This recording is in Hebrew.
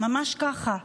ממש ככה.